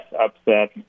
upset